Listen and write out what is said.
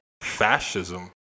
fascism